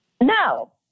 No